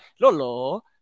Lolo